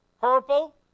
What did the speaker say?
purple